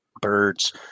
birds